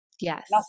Yes